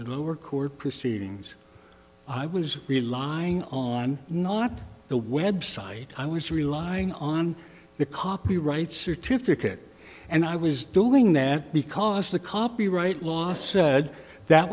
lower court proceedings i was relying on not the website i was relying on the copyright certificate and i was doing that because the copyright law said that